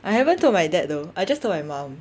I haven't told my dad though I just told my mom